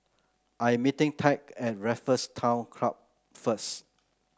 I'm meeting Tad at Raffles Town Club first